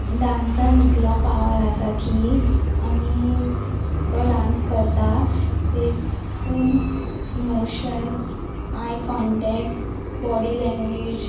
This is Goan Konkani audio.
डांसान इतलो पावर आसा की आमी जो डांस करता तेतून इमोशन्स आय कॉन्टेक्ट बॉडी लँग्वेज